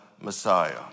Messiah